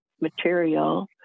material